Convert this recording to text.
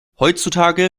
heutzutage